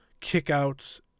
kickouts